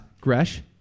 Gresh